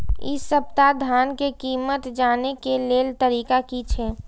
इ सप्ताह धान के कीमत जाने के लेल तरीका की छे?